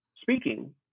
speaking